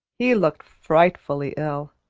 he looked frightfully ill.